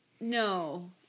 No